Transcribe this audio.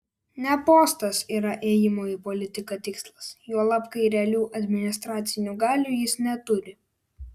ne postas yra ėjimo į politiką tikslas juolab kai realių administracinių galių jis neturi